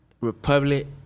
Republic